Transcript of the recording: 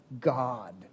God